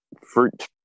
fruit